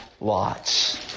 lots